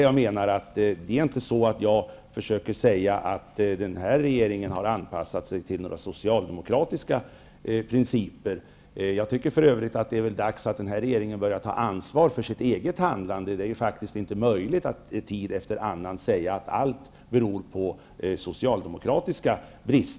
Jag har inte låtit påskina att den här regeringen har anpassat sig till socialdemokratiska principer. För övrigt är det väl dags att den här regeringen börjar ta ansvar för sitt eget handlande. Man kan inte i tid och otid säga att allt beror på socialdemokratiska felgrepp.